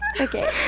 Okay